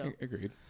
Agreed